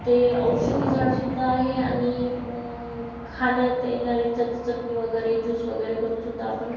ते औषधी झाडसुद्धा आहे आणि खाण्यात येणारी च चटणी वगैरे ज्यूस वगैरे करूनसुद्धा आपण